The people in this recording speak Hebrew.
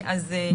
לא, בוודאי שלא.